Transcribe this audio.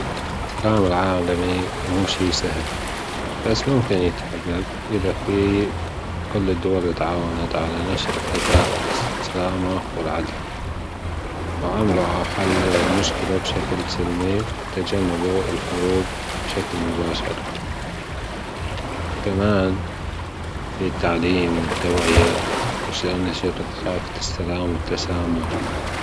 السلام العالمي مو شي سهل بس ممكن يتحجج إذا في كل الدول أتعاونت على نشر ثقافة التسامح والعدل وعملوا على حل المشكلة بشكل سلمي وتجنب الحروب بشكل مباشر وكمان في التعليم والتوعية ونشر ثقافة السلام والتسامح.